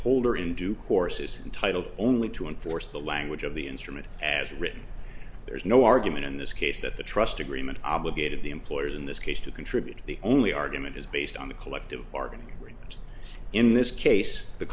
holder in due course is entitled only to enforce the language of the instrument as written there's no argument in this case that the trust agreement obligated the employers in this case to contribute the only argument is based on the collective bargaining agreement in this case the